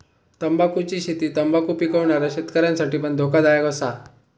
तंबाखुची शेती तंबाखु पिकवणाऱ्या शेतकऱ्यांसाठी पण धोकादायक असा